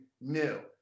new